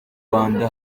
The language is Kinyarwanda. rwanda